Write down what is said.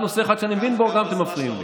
עד שיש נושא אחד שאני מבין בו, אתם מפריעים לי.